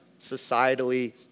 societally